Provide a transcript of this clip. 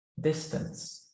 distance